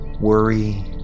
worry